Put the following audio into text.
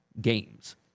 games